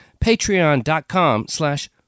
Patreon.com/slash